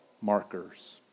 markers